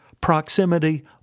Proximity